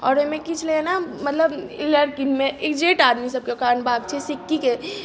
आओर ओहिमे की छेलैए ने मतलब एक्जेक्ट आदमी सभके काज करबाक छै सिक्कीके